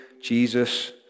Jesus